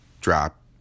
drop